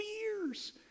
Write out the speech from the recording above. years